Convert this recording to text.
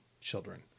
children